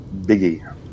biggie